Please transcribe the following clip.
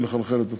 ולכלכל את עצמם.